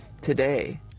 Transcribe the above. today